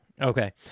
Okay